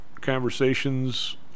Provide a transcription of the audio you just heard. conversations